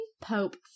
Pope